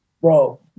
bro